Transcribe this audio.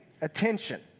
attention